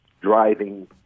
driving